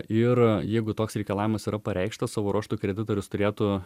ir jeigu toks reikalavimas yra pareikštas savo ruožtu kreditorius turėtų